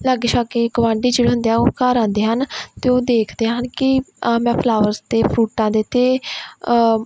ਲਾਗੇ ਛਾਗੇ ਗੁਆਂਡੀ ਜਿਹੜਾ ਹੁੰਦੇ ਆ ਉਹ ਘਰ ਆਉਂਦੇ ਹਨ ਅਤੇ ਉਹ ਦੇਖਦੇ ਹਨ ਕਿ ਮੈਂ ਫਲਾਵਰ ਅਤੇ ਫਰੂਟਾਂ ਦੇ ਅਤੇ